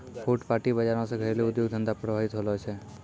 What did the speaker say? फुटपाटी बाजार से घरेलू उद्योग धंधा प्रभावित होलो छै